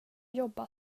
jobba